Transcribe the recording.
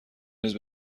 نیز